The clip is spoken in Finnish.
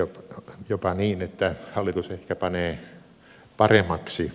ajateltiin jopa että hallitus ehkä panee paremmaksi